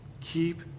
keep